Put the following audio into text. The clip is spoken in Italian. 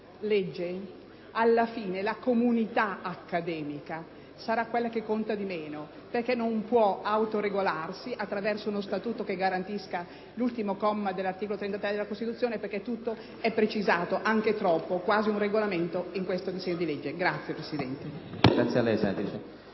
esame alla fine la comunita accademica saraquella che conta di meno, perche´ non puo autoregolarsi attraverso uno statuto che garantisca l’ultimo comma dell’articolo 33 della Costituzione in quanto tutto e` precisato, anche troppo, quasi come in un regolamento, in questo disegno di legge. (Applausi dei